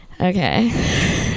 Okay